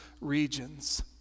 regions